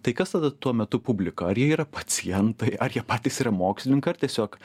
tai kas tada tuo metu publika ar jie yra pacientai ar jie patys yra mokslininkai ar tiesiog